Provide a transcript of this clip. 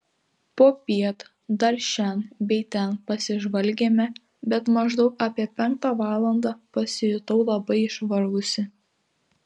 popiet dar šen bei ten pasižvalgėme bet maždaug apie penktą valandą pasijutau labai išvargusi